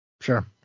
Sure